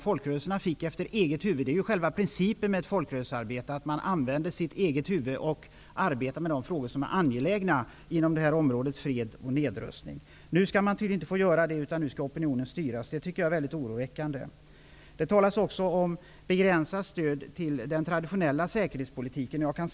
Folkrörelserna fick efter eget huvud -- själva principen med folkrörelsearbetet är ju att använda sitt eget huvud -- arbeta med de frågor som ansågs angelägna inom området frihet och nedrustning. Nu skall tydligen folkrörelserna inte få göra det, utan opinionen skall styras. Jag tycker att det är oroväckande. Det talas också om begränsat stöd till den traditionella säkerhetspolitiken.